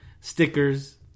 stickers